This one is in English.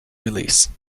release